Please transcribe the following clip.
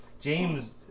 James